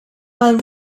while